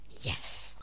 Yes